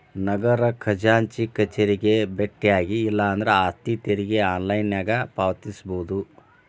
ನಗರ ಖಜಾಂಚಿ ಕಚೇರಿಗೆ ಬೆಟ್ಟ್ಯಾಗಿ ಇಲ್ಲಾಂದ್ರ ಆಸ್ತಿ ತೆರಿಗೆ ಆನ್ಲೈನ್ನ್ಯಾಗ ಪಾವತಿಸಬೋದ